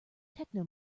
techno